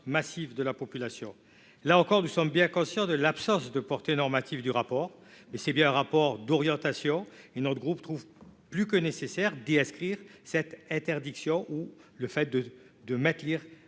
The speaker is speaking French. massive de la population. Là encore, nous sommes bien conscients de l'absence de portée normative du rapport. Mais il s'agit bien d'un rapport d'orientation, et notre groupe trouve plus que nécessaire d'y inscrire cette interdiction. Les débats